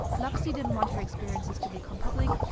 luxy didn't want her experiences to become public,